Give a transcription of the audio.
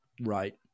right